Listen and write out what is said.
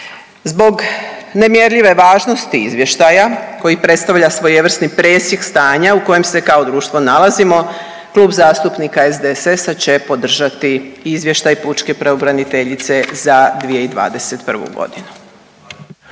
Zbog nemjerljive važnosti izvještaja koji predstavlja svojevrsni presjek stanja u kojem se kao društvo nalazimo Klub zastupnika SDSS-a će podržati izvještaj pučke pravobraniteljice za 2021.g..